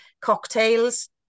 cocktails